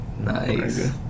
Nice